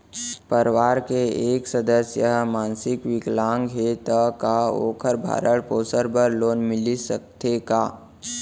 परवार के एक सदस्य हा मानसिक विकलांग हे त का वोकर भरण पोषण बर लोन मिलिस सकथे का?